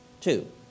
Two